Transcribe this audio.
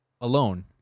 alone